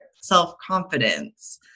self-confidence